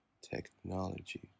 technology